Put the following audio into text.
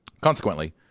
Consequently